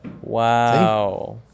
Wow